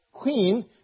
Queen